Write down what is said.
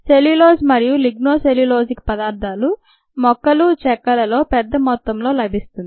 cellulose మరియు lignocellulosic పదార్థాలు మొక్కలు చెక్కలలో పెద్ద మొత్తంలో లభిస్తుంది